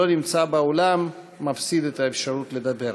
ומי שלא נמצא באולם מפסיד את האפשרות לדבר.